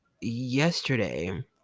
yesterday